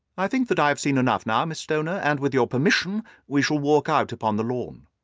i think that i have seen enough now, miss stoner, and with your permission we shall walk out upon the lawn.